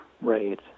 Right